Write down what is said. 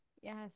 yes